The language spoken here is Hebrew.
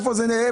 איפה זה נעלם?